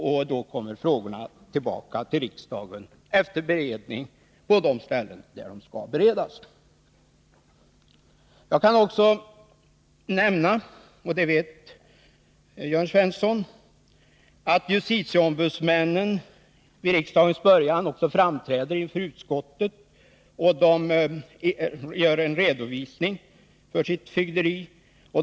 Frågorna kommer tillbaka till riksdagen efter beredning på de ställen där de skall beredas. Jag kan också nämna — och det vet Jörn Svensson — att justitieombudsmännen vid riksdagens början framträder inför utskottet och ger en redovisning för sitt fögderi.